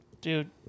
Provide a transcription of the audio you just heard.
dude